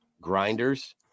grinders